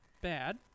bad